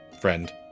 friend